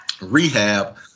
rehab